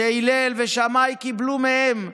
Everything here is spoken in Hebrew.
"הלל ושמאי קיבלו מהם.